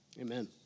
Amen